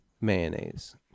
mayonnaise